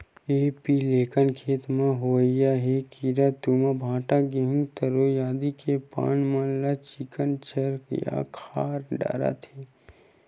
एपीलेकना खेत म होवइया ऐ कीरा तुमा, भांटा, गहूँ, तरोई आदि के पाना मन ल चिक्कन चर या खा डरथे